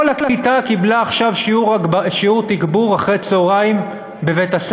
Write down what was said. כל הכיתה קיבלה עכשיו שיעור תגבור לבגרות אחר-הצהריים בבית-הספר,